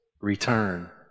return